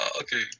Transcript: Okay